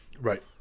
right